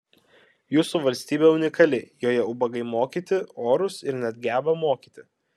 jūsų valstybė unikali joje ubagai mokyti orūs ir net geba mokyti